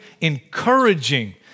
encouraging